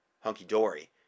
hunky-dory